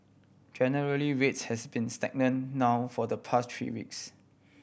generally rates has been stagnant now for the pass three weeks